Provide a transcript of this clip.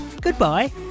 Goodbye